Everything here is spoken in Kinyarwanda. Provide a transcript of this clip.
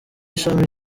shami